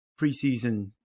preseason